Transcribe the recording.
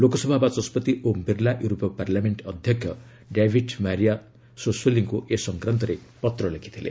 ଲୋକସଭା ବାଚସ୍କତି ଓମ୍ ବିର୍ଲା ୟୁରୋପୀୟ ପାର୍ଲାମେଣ୍ଟ ଅଧ୍ୟକ୍ଷ ଡ୍ୟାଭିଟ ମାରିଆ ସାସୋଲିଙ୍କୁ ଏ ସଂକ୍ରାନ୍ତରେ ପତ୍ର ଲେଖିଥିଲେ